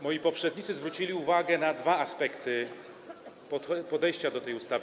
Moi poprzednicy zwrócili uwagę na dwa aspekty podejścia do tej ustawy.